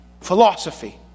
Philosophy